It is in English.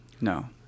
No